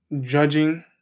judging